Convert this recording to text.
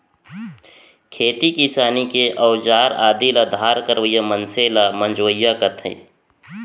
खेती किसानी के अउजार आदि ल धार करवइया मनसे ल मंजवइया कथें